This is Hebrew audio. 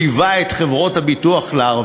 המדינה לאורך השנים לא חייבה את חברות הביטוח להרוויח.